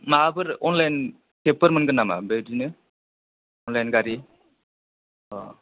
माबाफोर अनलाइन केबफोर मोनगोन नामा बेदिनो अनलाइन गारि अ'